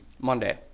Monday